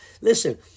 Listen